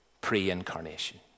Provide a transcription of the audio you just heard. pre-incarnation